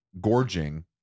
gorging